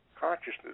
consciousness